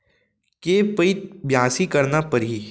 के पइत बियासी करना परहि?